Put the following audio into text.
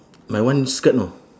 my one skirt know